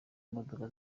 imodoka